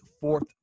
fourth